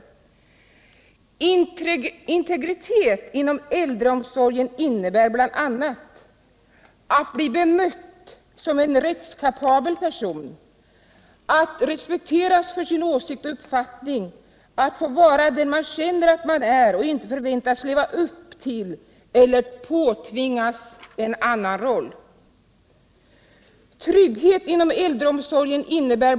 Integritet inom äldreomsorgen innebär bl.a. att bli bemött som en rättskapabel person, att respekteras för sin åsikt och uppfattning, att få vara den man känner att man är och inte förväntas leva upp till eller påtvingas en annan roll.